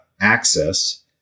access